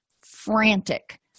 frantic